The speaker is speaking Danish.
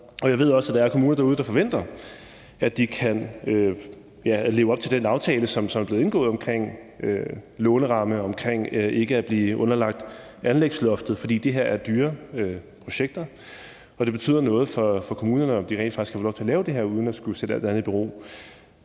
Jeg ved også, at der er kommuner derude, der forventer, at de kan leve op til den aftale, som er blevet indgået omkring låneramme og ikke at blive underlagt anlægsloftet, for det her er dyre projekter, og det betyder noget for kommunerne, om de rent faktisk kan få lov til at lave det her uden at skulle sætte alt andet i bero.